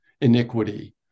iniquity